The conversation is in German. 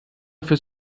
fürs